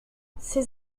ses